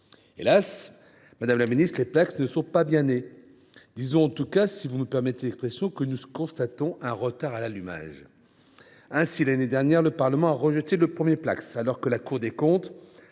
Hélas ! madame la ministre, les Placss ne sont pas bien nés. Disons en tout cas, si vous me permettez l’expression, que nous constatons un « retard à l’allumage ». Ainsi, l’année dernière, le Parlement a rejeté le premier Placss, alors que la Cour des comptes